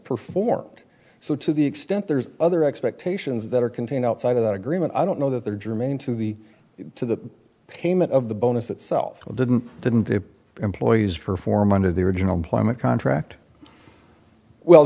perform so to the extent there's other expectations that are contained outside of that agreement i don't know that they're germane to the to the payment of the bonus itself didn't didn't the employees perform under their original employment contract well